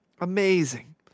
Amazing